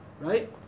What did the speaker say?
Right